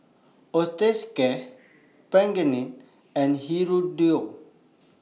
Osteocare Pregain and Hirudoid